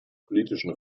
politischen